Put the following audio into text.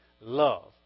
Love